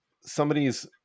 somebody's